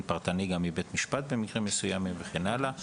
פרטני גם מבית משפט במקרים מסוימים וכן הלאה.